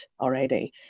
already